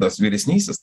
tas vyresnysis